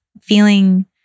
feeling